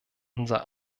unser